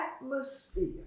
atmosphere